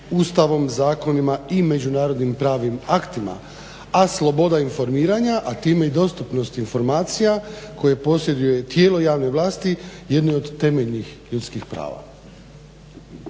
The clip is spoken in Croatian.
ustavom, zakonima i međunarodnim pravnim aktima, a slboda informiranja a time i dostupnost informacija koje posjeduje tijelo javne vlasti jedno je od temeljnih ljudskih prava.